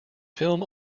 film